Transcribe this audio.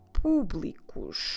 públicos